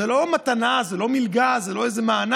זה לא מתנה, זה לא מלגה, זה לא איזה מענק.